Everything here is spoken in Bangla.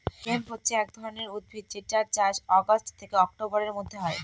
হেম্প হছে এক ধরনের উদ্ভিদ যেটার চাষ অগাস্ট থেকে অক্টোবরের মধ্যে হয়